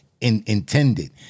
intended